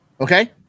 Okay